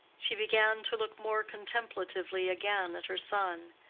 she began to look more contemplatively again at her son,